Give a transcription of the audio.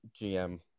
GM